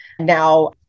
now